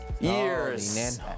years